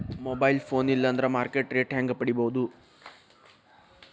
Mobile phone ಇಲ್ಲಾ ಅಂದ್ರ market rate ಹೆಂಗ್ ಪಡಿಬೋದು?